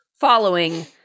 following